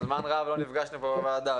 זמן רב לא נפגשנו פה בוועדה.